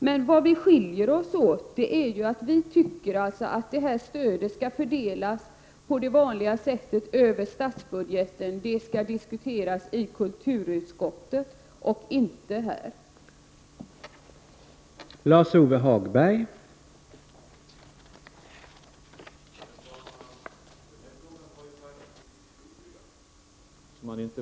Det som skiljer oss är att vi socialdemokrater anser att stödet skall fördelas på det vanliga sättet över statsbudgeten. Stödet skall diskuteras i kulturutskottet, och inte i finansutskottet.